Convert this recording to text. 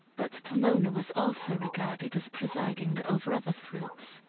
but pomona was also regarded as presiding over other fruits,